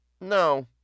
No